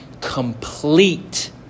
complete